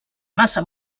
massa